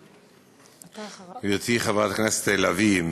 גברתי חברת הכנסת לביא,